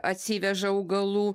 atsiveža augalų